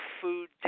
food